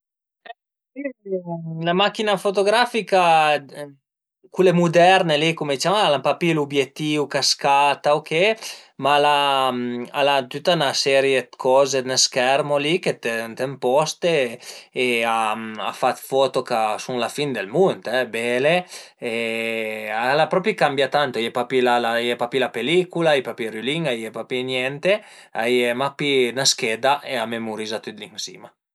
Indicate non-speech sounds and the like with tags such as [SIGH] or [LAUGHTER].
[HESITATION] la macchina fotografica cule muderne [HESITATION] al an pa pi l'ubietìu ch'a scata u che, ma al al al a tüta 'na serie dë coze, ün schermo li che t'emposte e a fa dë foto ch'a sun la fin dël mund, bele, e al a propi cambià tant, a ie pa pi la pelicula, a ie pa pi ël rülin, a ie pa pi niente, a ie mach pi 'na scheda e a memuriza tüt li ën sima